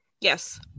yes